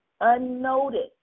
unnoticed